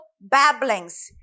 babblings